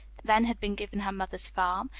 then had been given her mother's farm,